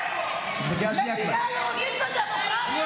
מדינה יהודית, מדינה יהודית, וגם,